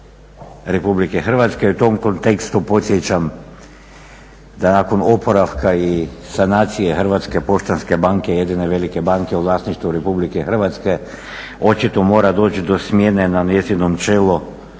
Republike Hrvatske. U tom kontekstu podsjećam da nakon oporavka i sanacije Hrvatske poštanske banke, jedine velike banke u vlasništvu Republike Hrvatske očito mora doći do smjene na njezinom čelu